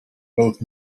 both